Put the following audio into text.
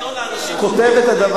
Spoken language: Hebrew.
עיתון לאנשים חושבים?